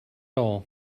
all